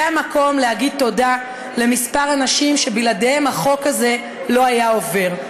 זה המקום להגיד תודה לכמה אנשים שבלעדיהם החוק הזה לא היה עובר: